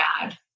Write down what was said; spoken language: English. bad